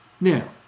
Now